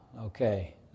Okay